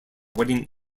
wedding